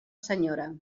senyora